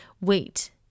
weight